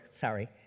sorry